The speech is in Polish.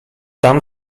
tam